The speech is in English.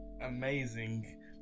amazing